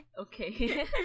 Okay